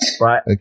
Right